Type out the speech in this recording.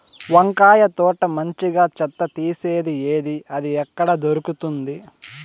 వంకాయ తోట మంచిగా చెత్త తీసేది ఏది? అది ఎక్కడ దొరుకుతుంది?